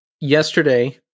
yesterday